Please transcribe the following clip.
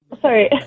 Sorry